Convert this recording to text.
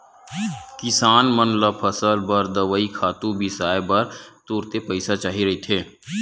किसान मन ल फसल बर दवई, खातू बिसाए बर तुरते पइसा चाही रहिथे